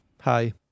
Hi